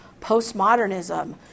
postmodernism